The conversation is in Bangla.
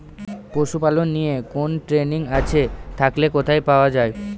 পশুপালন নিয়ে কোন ট্রেনিং আছে থাকলে কোথায় পাওয়া য়ায়?